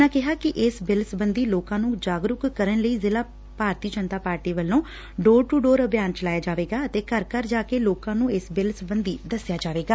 ਉਨ੍ਹਾਂ ਕਿਹਾ ਕਿ ਇਸ ਬਿੱਲ ਸਬੰਧੀ ਲੋਕਾਂ ਨੂੰ ਜਾਗਰੂਕ ਕਰਨ ਲਈ ਜ਼ਿਲ੍ਹਾ ਭਾਰਤੀ ਜਨਤਾ ਪਾਰਟੀ ਵੱਲੋਂ ਡੋਰ ਟੂ ਡੋਰ ਅਭਿਆਨ ਚਲਾਇਆ ਜਾਵੇਗਾ ਅਤੇ ਘਰ ਘਰ ਜਾਕੇ ਲੋਕਾਂ ਨੂੰ ਇਸ ਬਿੱਲ ਸਬੰਧੀ ਦਸਿਆ ਜਾਏਗਾ